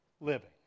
living